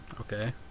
Okay